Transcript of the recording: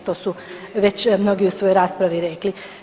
To su već mnogi u svojoj raspravi rekli.